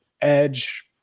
Edge